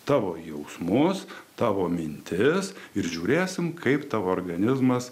tavo jausmus tavo mintis ir žiūrėsim kaip tavo organizmas